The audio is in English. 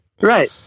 right